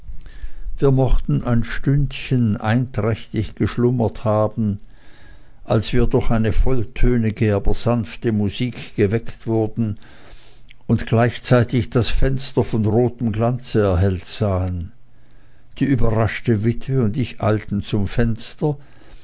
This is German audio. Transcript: wir mochten ein stündchen einträchtig geschlummert haben als wir durch eine volltönige aber sanfte musik geweckt wurden und gleichzeitig das fenster von rotem glanze erhellt sahen die überraschte witwe und ich eilten zum fenster